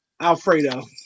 Alfredo